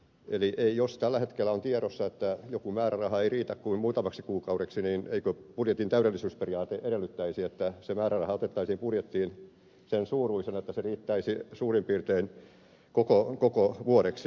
eli jos tällä hetkellä on tiedossa että joku määräraha ei riitä kuin muutamaksi kuukaudeksi niin eikö budjetin täydellisyysperiaate edellyttäisi että se määräraha otettaisiin budjettiin sen suuruisena että se riittäisi suurin piirtein koko vuodeksi